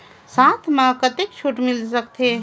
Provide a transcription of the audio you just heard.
साथ म कतेक छूट मिल सकथे?